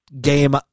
game